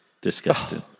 Disgusting